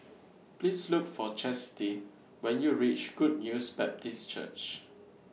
Please Look For Chasity when YOU REACH Good News Baptist Church